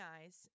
eyes